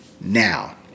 now